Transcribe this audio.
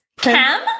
Cam